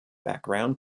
background